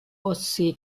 ostsee